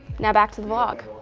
now back to the vlog.